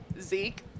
Zeke